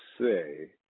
say